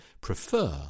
prefer